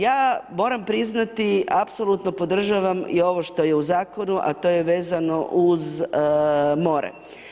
Ja moram priznati, apsolutno podržavam i ovo što je u Zakonu, a to je vezano uz more.